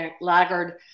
laggard